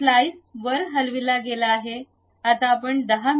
तर स्लाइस वर हलविला गेला आहे आता आपण १० मि